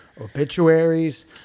obituaries